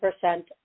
percent